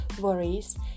worries